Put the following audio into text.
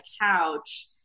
couch